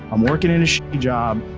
i'm working in a job,